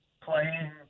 playing